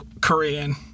Korean